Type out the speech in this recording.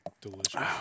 Delicious